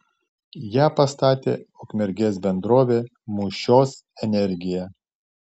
ją pastatė ukmergės bendrovė mūšios energija